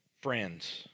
friends